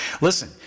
Listen